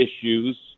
issues